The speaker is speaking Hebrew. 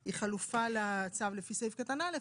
היא חלופה לצו לפי סעיף קטן (א),